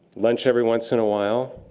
lunch every once in a while.